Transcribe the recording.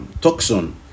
toxin